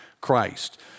Christ